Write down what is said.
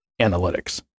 analytics